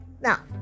Now